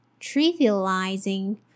trivializing